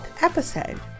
episode